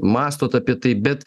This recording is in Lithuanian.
mąstot apie tai bet